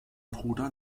bruder